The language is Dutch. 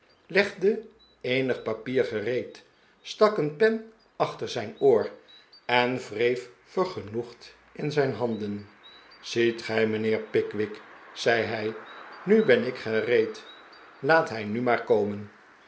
eenig papier gereed stak een pen achter zijn oor en wreef vergenoegd in zijn handen ziet gij mijnheer pickwick zei hij nu ben ik gereed laai hij nu maar komen